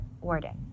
Warden